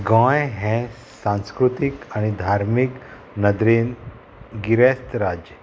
गोंय हें सांस्कृतीक आनी धार्मीक नदरेन गिरेस्त राज्य